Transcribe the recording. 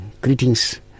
greetings